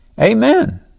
Amen